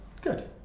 Good